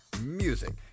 music